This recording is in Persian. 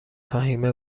فهمیه